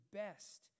best